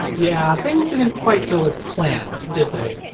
yeah things didn't quite go as planned, did they?